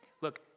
Look